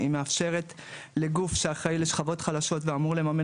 היא מאפשרת לגוף שאחראי לשכבות חלשות ואמור לממן